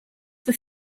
were